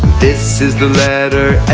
this is the letter